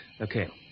Okay